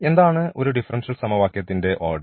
എന്താണ് ഒരു ഡിഫറൻഷ്യൽ സമവാക്യത്തിൻറെ ഓർഡർ